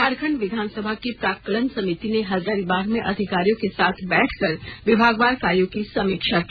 झारखंड विधानसभा की प्राक्कलन समिति ने हजारीबाग में अधिकारियों के साथ बैठकर विभागवार कार्यों की समीक्षा की